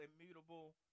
immutable